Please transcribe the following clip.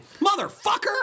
motherfucker